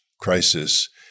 crisis